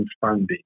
funding